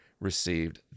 received